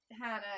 Hannah